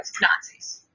Nazis